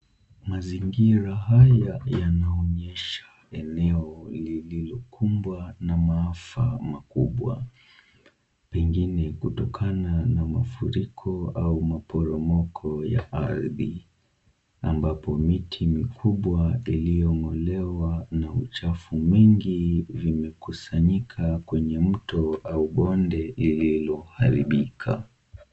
Mazingira haya yanaonyesha eneo lililokumbwa na maafa makubwa. pengine kutokana na mafuriko au maporomoko ya ardhi ambapo miti mikubwa iliyong'olewa na uchafu mingi vimekusanyika kwenye mto au bonde lililoharibika.